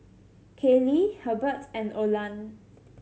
Kayli Hebert and Olan